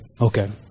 Okay